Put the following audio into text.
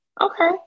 Okay